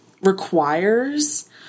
requires